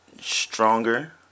stronger